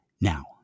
Now